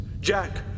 Jack